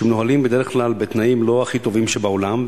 שמנוהלים בדרך כלל בתנאים לא הכי טובים שבעולם.